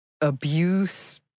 abuse